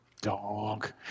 dog